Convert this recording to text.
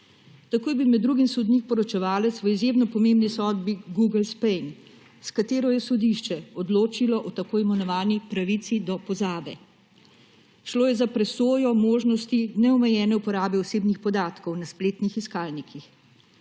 Tako je bil med drugim sodnik poročevalec v izjemno pomembni sodbi Google Spain, s katero je Sodišče odločilo o tako imenovani pravici do pozabe. Šlo je za presojo možnosti neomejene uporabe osebnih podatkov na spletnih iskalnikih.